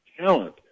talent